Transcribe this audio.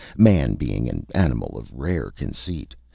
man being an animal of rare conceit,